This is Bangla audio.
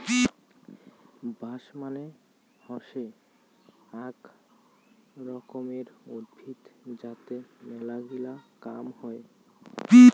বাঁশ মানে হসে আক রকমের উদ্ভিদ যাতে মেলাগিলা কাম হই